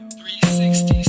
360